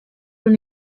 when